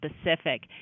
specific